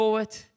Forward